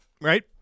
Right